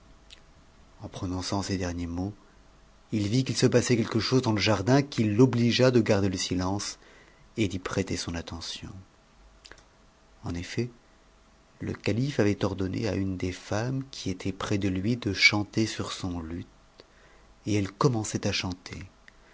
en prononçant es derniers mots il vit qu'il se passait quelque chose dans le jardin qui l'obligea de garder le silence et d'y prêter son attention en effet le calife avait ordonné à une des femmes qui étaient près de lui de chanter sur son luth et elle commençait à chanter